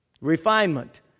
Refinement